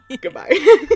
Goodbye